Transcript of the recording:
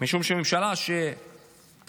משום שממשלה שדוחה